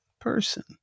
person